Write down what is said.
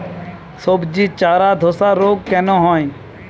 সবজির চারা ধ্বসা রোগ কেন হয়?